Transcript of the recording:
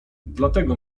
dlatego